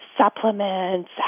Supplements